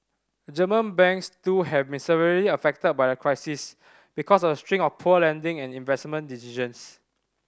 German banks too have been severely affected by the crisis because of a string of poor lending and investment decisions